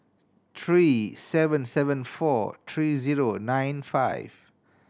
three seven seven four three zero nine five